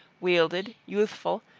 wielded, youthful,